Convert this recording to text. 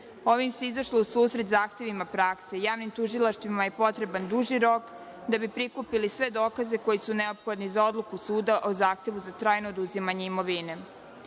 Ovim se izašlo u susret zahtevima prakse, javnim tužilaštvima je potreban duži rok da bi prikupili sve dokaze koji su neophodni za odluku suda o zahtevu za trajno oduzimanje imovine. Treće,